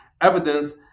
evidence